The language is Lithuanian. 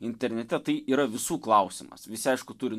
internete tai yra visų klausimas visi aišku turi